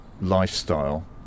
lifestyle